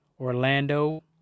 Orlando